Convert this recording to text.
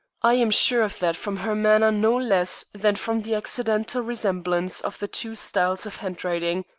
i am sure of that from her manner no less than from the accidental resemblance of the two styles of handwriting.